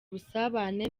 ubusabane